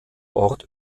ort